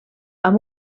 amb